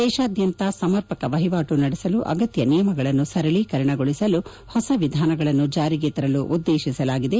ದೇಶಾದ್ಲಂತ ಸಮರ್ಪಕ ವಹಿವಾಟು ನಡೆಸಲು ಅಗತ್ಯ ನಿಯಮಗಳನ್ನು ಸರಳೀಕರಣಗೊಳಿಸಲು ಹೊಸ ವಿಧಾನಗಳನ್ನು ಜಾರಿಗೆ ತರಲು ಉದ್ದೇತಿಸಲಾಗಿದೆ